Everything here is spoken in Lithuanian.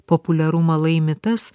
populiarumą laimi tas